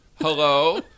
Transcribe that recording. hello